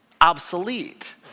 obsolete